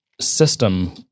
system